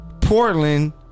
Portland